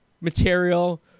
material